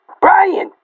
Brian